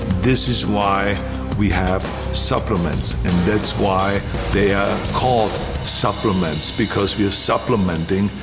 this is why we have supplements. and that's why they are called supplements, because we are supplementing,